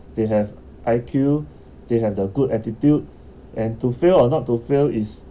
they have I_Q they have the good attitude and to fail or not to fail is